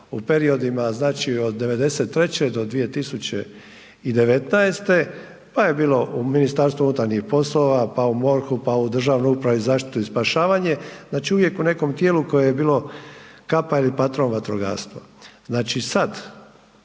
u periodima znači od '93. do 2019. pa je bilo u Ministarstvu unutarnjih poslova, pa u MORH-u, pa u Državnoj upravi za zaštitu i spašavanje, znači uvijek u nekom tijelu koje je bilo .../Govornik